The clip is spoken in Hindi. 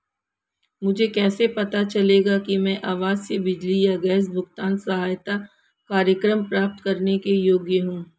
मुझे कैसे पता चलेगा कि मैं आवासीय बिजली या गैस भुगतान सहायता कार्यक्रम प्राप्त करने के योग्य हूँ?